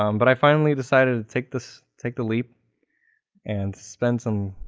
um but i finally decided to take this, take the leap and spend some,